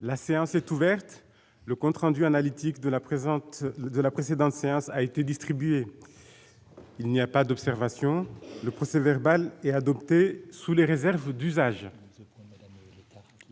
La séance est ouverte, le compte rendu analytique de la présente de la précédente séance a été distribué, il n'y a pas d'observation, le procès verbal est adoptée sous les réserves d'usage.